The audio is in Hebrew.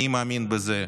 אני מאמין בזה,